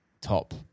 top